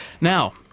Now